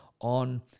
on